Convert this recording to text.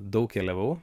daug keliavau